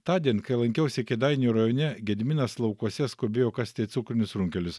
tądien kai lankiausi kėdainių rajone gediminas laukuose skubėjo kasti cukrinius runkelius